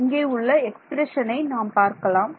இங்கே உள்ள எக்ஸ்பிரஷனை நாம் பார்க்கலாம்